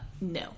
no